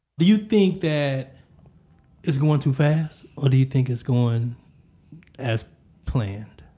do you think that it's going too fast, or do you think it's going as planned?